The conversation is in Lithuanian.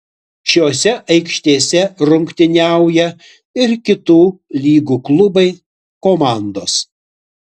šiose aikštėse rungtyniauja ir kitų lygų klubai komandos